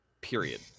period